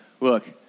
Look